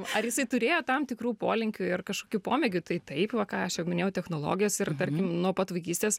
ar jisai turėjo tam tikrų polinkių ir kažkokių pomėgių tai taip va ką aš jau minėjau technologijos ir tarkim nuo pat vaikystės